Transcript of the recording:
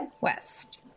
West